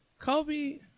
kobe